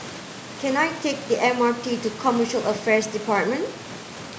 can I take the M R T to Commercial Affairs Department